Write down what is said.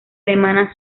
alemana